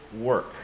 work